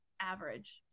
average